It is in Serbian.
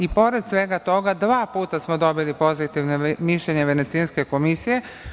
I pored svega toga, dva puta smo dobili pozitivna mišljenja Venecijanske komisije.